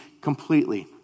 completely